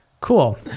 cool